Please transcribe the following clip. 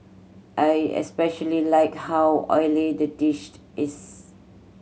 I especially like how oily the dish is